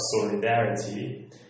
solidarity